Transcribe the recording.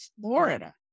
Florida